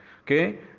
Okay